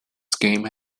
game